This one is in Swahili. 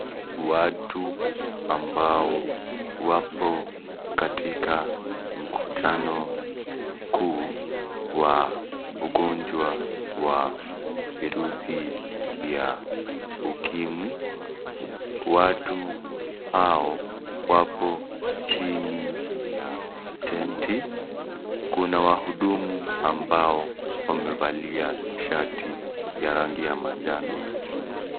Watu amabao wapo katika mkutano mkuu wa ugonjwa wa virusi vya ukimwi. Watu hao wapo chini ya tenti. Kuna wahududumu ambao wamevalia shati ya rangi ya majano.